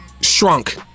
shrunk